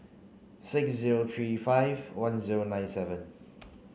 six zero three five one zero nine seven